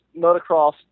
motocross